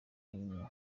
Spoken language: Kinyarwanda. hino